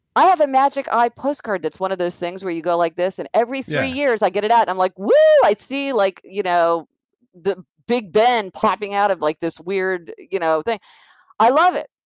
i have a magic eye postcard that's one of those things where you go like this, and, every three years, i get it out. i'm like, whoa, i see like you know the big ben popping out of like this weird you know thing. i love it.